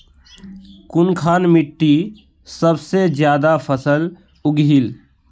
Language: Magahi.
कुनखान मिट्टी सबसे ज्यादा फसल उगहिल?